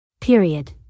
Period